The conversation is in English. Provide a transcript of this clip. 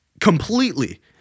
completely